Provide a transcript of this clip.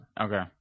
okay